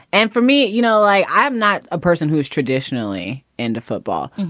and for me, you know, i i'm not a person who is traditionally into football,